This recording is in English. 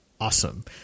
awesome